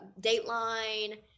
Dateline